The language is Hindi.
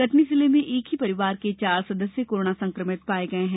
कटनी जिले में एक ही परिवार के चार सदस्य कोरोना संक्रमित पाए गये हैं